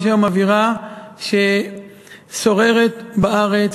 היא שהיום שוררת בארץ,